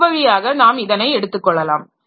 இவ்வழியாக நாம் இதனை எடுத்துக்கொள்ளலாம்